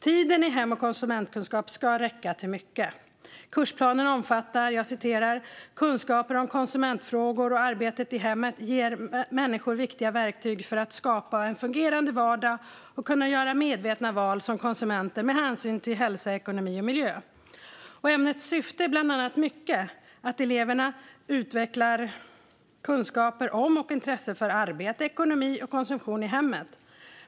Tiden i hem och konsumentkunskap ska räcka till mycket. I kursplanen står: "Kunskaper om konsumentfrågor och arbetet i hemmet ger människor viktiga verktyg för att skapa en fungerande vardag och kunna göra medvetna val som konsumenter med hänsyn till hälsa, ekonomi och miljö." Ämnets syfte är bland mycket annat att eleverna ska utveckla kunskaper om och intresse för arbete, ekonomi och konsumtion i hemmet.